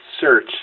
search